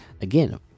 Again